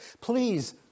please